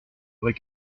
vraie